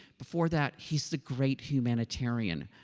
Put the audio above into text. before that, he's the great humanitarian,